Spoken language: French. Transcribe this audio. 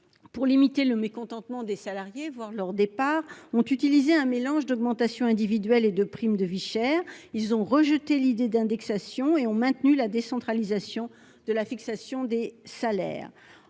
pour limiter le mécontentement des salariés, voire leur départ, les gouvernements ont usé d'un mélange d'augmentations individuelles et de primes de vie chère. Ils ont rejeté l'idée d'une indexation, en maintenant la décentralisation de la fixation des salaires.